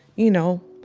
you know,